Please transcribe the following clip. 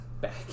Back